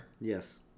yes